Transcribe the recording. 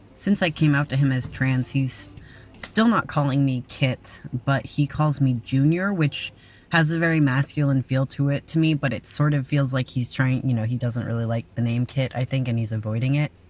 since i came out to him as trans, he's still not calling me kit, but he calls me! junior, which has a very masculine feel to it to me, but it sort of feels like you know he doesn't really like the name kit. i think and he's avoiding it.